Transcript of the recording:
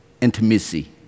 intimacy